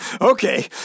Okay